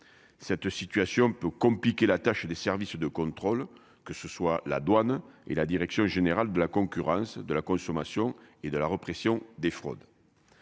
cette situation peut compliquer la tâche des services de contrôle, que ce soit la douane et la direction générale de la concurrence de la consommation et de la répression des fraudes.